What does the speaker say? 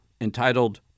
entitled